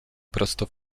prosto